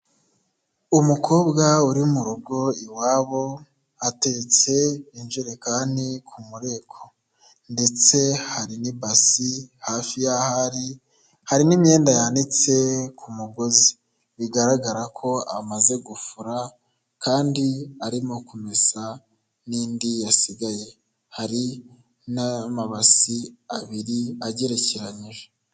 Umukobwa uri mu rugo iwabo, ateretse injerekani ku mureko. Ndetse hari n'ibasi hafi y'aho ari hari n'imyenda yanitse ku mugozi, bigaragara ko amaze gufura, kandi arimo kumesa n'indi yasigaye. Hari n'amabasi abiri agerekeranyije.